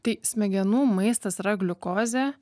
tai smegenų maistas yra gliukozė